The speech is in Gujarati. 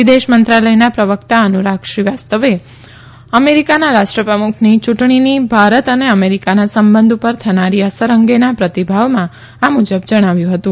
વિદેશ મંત્રાલયના પ્રવક્તા અનુરાગ શ્રીવાસ્તવે અમેરિકાના રાષ્ટ્રપ્રમુખની ચૂંટણીની ભારત અમેરિકાના સંબંધ ઉપર થનારી અસર અંગેના પ્રતિભાવમાં આ મુજબ જણાવ્યું હતું